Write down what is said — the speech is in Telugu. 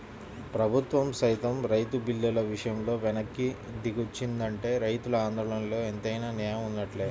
ప్రభుత్వం సైతం రైతు బిల్లుల విషయంలో వెనక్కి దిగొచ్చిందంటే రైతుల ఆందోళనలో ఎంతైనా నేయం వున్నట్లే